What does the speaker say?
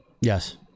Yes